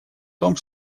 том